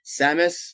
samus